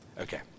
Okay